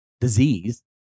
disease